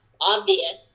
obvious